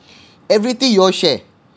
everything you will share